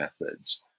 methods